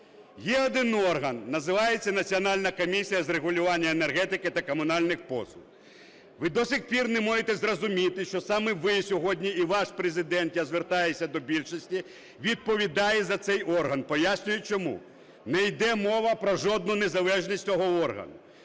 Є один орган, називається Національна комісія з регулювання енергетики та комунальних послуг. Ви до сих пір не можете зрозуміти, що саме ви сьогодні і ваш Президент, я звертаюся до більшості, відповідає за цей орган. Пояснюю, чому. Не йде мова про жодну незалежність цього органу.